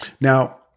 Now